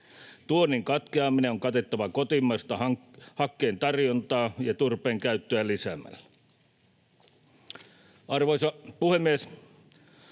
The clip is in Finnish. Tuonnin katkeaminen on katettava kotimaista hakkeen tarjontaa ja turpeen käyttöä lisäämällä. Arvoisa puhemies!